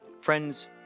Friends